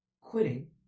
quitting